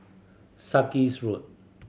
Sarkies Road